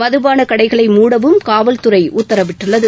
மதுபான கடைகளை மூட காவல்துறை உத்தரவிட்டுள்ளது